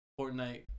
Fortnite